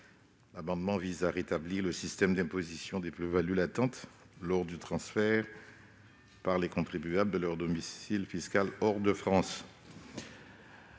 amendement vise à rétablir le système d'imposition des plus-values latentes lors du transfert par les contribuables de leur domicile fiscal hors de France.